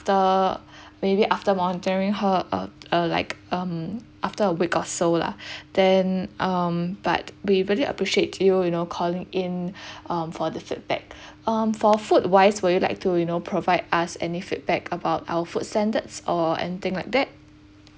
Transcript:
after maybe after monitoring her uh uh like um after a week or so lah then um but we really appreciate you you know calling in uh for the feedback um for food wise would you like to you know provide us any feedback about our food standards or anything like that